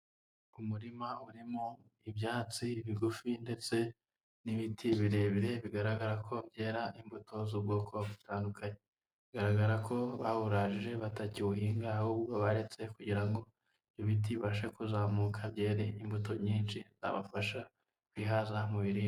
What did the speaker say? Umurima urimo ibyatsi bigufi ndetse n'ibiti birebire bigaragara ko byera imbuto z'ubwoko butandukanye, bigaragara ko bawuraje batakiwuhinga ahubwo baretse kugira ngo ibiti bibashe kuzamuka byere imbuto nyinshi zabafasha kwihaza mu biribwa.